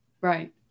right